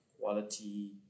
quality